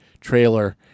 trailer